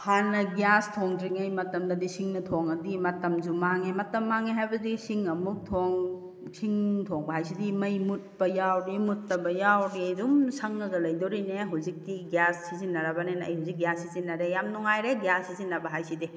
ꯍꯥꯟꯅ ꯒ꯭ꯌꯥꯁ ꯊꯣꯡꯗ꯭ꯔꯤꯉꯩ ꯃꯇꯝꯗꯗꯤ ꯁꯤꯡꯅ ꯊꯣꯡꯂꯗꯤ ꯃꯇꯝꯁꯨ ꯃꯥꯡꯉꯦ ꯃꯇꯝ ꯃꯥꯡꯉꯦ ꯍꯥꯏꯕꯗꯤ ꯁꯤꯡ ꯑꯃꯨꯛ ꯊꯣꯡ ꯁꯤꯡ ꯊꯣꯡꯕ ꯍꯥꯏꯁꯤꯗꯤ ꯃꯩ ꯃꯨꯠꯄ ꯌꯥꯎꯔꯤ ꯃꯨꯠꯇꯕ ꯌꯥꯎꯔꯤ ꯑꯗꯨꯝ ꯁꯪꯂꯒ ꯂꯩꯗꯣꯔꯤꯅꯤ ꯍꯧꯖꯤꯛꯇꯤ ꯒ꯭ꯌꯥꯁ ꯁꯤꯖꯤꯟꯅꯔꯕꯅꯤꯅ ꯑꯩ ꯍꯧꯖꯤꯛ ꯒ꯭ꯌꯥꯁ ꯁꯤꯖꯤꯟꯅꯔꯦ ꯌꯥꯝ ꯅꯨꯡꯉꯥꯏꯔꯦ ꯒ꯭ꯌꯥꯁ ꯁꯤꯖꯤꯟꯅꯕ ꯍꯥꯏꯁꯤꯗꯤ